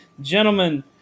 Gentlemen